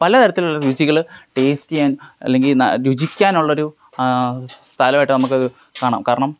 പലതരത്തിലുള്ള രുചികള് ടേസ്റ്റെയാൻ അല്ലെങ്കില് ന രുചിക്കാനുള്ള ഒരു സ്ഥലമായിട്ട് നമുക്കത് കാണാം കാരണം